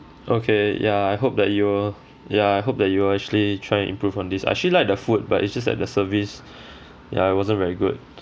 okay ya I hope that you will ya I hope that you will actually try and improve on this I actually like the food but it's just that the service ya it wasn't very good